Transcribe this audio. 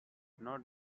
not